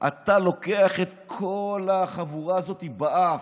לוקח את כל החבורה הזאת באף,